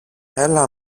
έλα